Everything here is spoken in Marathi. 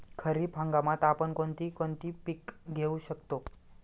खरीप हंगामात आपण कोणती कोणती पीक घेऊ शकतो?